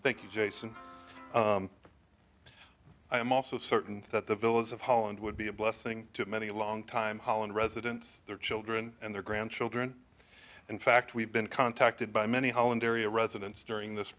you jason i'm also certain that the villas of holland would be a blessing to many long time holland residents their children and their grandchildren in fact we've been contacted by many holland area residents during this